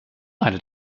eine